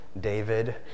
David